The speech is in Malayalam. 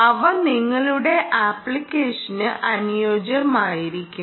അവ നിങ്ങളുടെ അപ്ലിക്കേഷന് അനിയോജ്യമായിരിക്കും